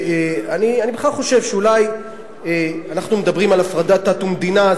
אנחנו מדברים על הפרדת דת ומדינה,